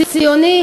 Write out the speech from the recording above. ציוני,